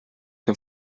dem